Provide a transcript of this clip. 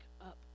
up